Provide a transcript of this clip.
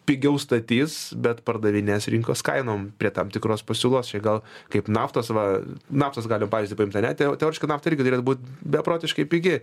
pigiau statys bet pardavinės rinkos kainom prie tam tikros pasiūlos čia gal kaip naftos va naftos galim pavyzdį paimt ane te teoriškai nafta irgi turėtų būt beprotiškai pigi